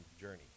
Journey